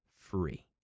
free